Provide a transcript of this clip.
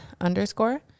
underscore